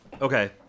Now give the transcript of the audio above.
okay